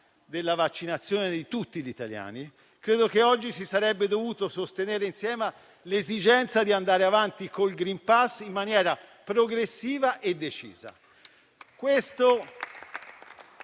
della vaccinazione di tutti gli italiani. Oggi si sarebbe dovuta sostenere insieme l'esigenza di andare avanti col *green pass* in maniera progressiva e decisa.